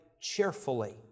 cheerfully